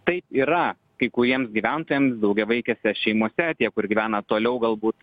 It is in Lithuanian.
taip yra kai kuriems gyventojams daugiavaikėse šeimose tie kur gyvena toliau galbūt